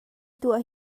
tuah